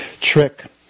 trick